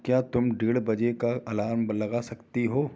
क्या तुम डेढ़ बजे का अलार्म लगा सकती हो